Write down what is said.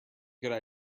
good